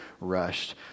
rushed